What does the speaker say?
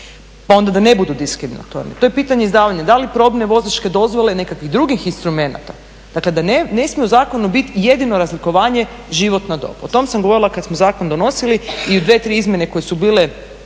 pa onda da ne budu diskriminatorni. To je pitanje izdavanja da li probne vozačke dozvole, nekakvih drugih instrumenta, dakle da ne smije u zakonu biti jedino razlikovanje životna dob. O tom sam govorila kad smo zakon donosili, i u 2, 3 izmjene koje su bile